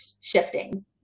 shifting